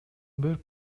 бир